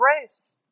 grace